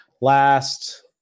last